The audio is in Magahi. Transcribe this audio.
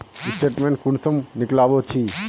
स्टेटमेंट कुंसम निकलाबो छी?